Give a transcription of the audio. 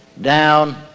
down